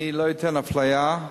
אני לא אתן שתהיה אפליה.